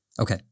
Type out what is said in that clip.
Okay